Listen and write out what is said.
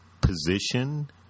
position